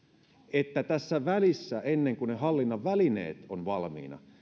että tässä välissä ennen kuin ne hallinnan välineet ovat valmiina